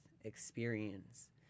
experience